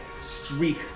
streak